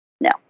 no